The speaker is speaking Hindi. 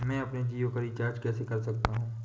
मैं अपने जियो को कैसे रिचार्ज कर सकता हूँ?